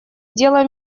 дела